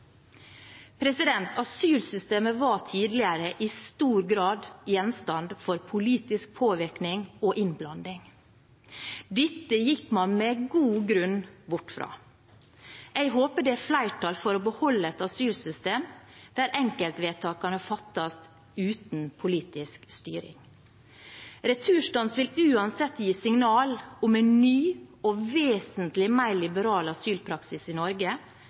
Asylsystemet var tidligere i stor grad gjenstand for politisk påvirkning og innblanding. Dette gikk man med god grunn bort fra. Jeg håper det er flertall for å beholde et asylsystem der enkeltvedtakene fattes uten politisk styring. Returstans vil uansett gi signaler om en ny og vesentlig mer liberal asylpraksis i Norge